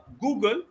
Google